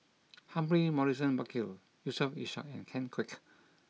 Humphrey Morrison Burkill Yusof Ishak and Ken Kwek